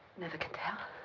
never can tell.